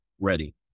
ready